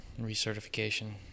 recertification